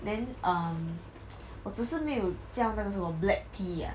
then um 我只是没有叫那个什么 black pea ah